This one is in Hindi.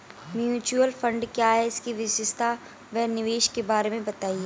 म्यूचुअल फंड क्या है इसकी विशेषता व निवेश के बारे में बताइये?